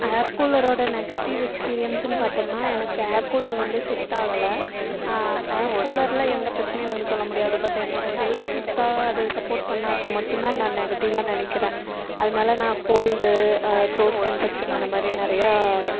ஏர் கூலரோடய நெகட்டிவ் எக்ஸ்பீரியன்ஸுன்னு பார்த்தோம்னா எனக்கு ஏர் கூலர் வந்து செட் ஆகலை ஏர் கூலரில் எந்த பிரச்சினையும் நம்ப சொல்ல முடியாது பட் என்னோடய ஹெல்த்துக்காக அது சப்போர்ட் பண்ணாதது மட்டும் தான் நான் நெகட்டிவ்வாக நினைக்கிறேன் அதனால நான் கோல்ட் த்ரோட் இன்ஃபெக்ஷன் அந்த மாதிரி நிறையா